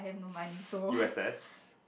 U_S_S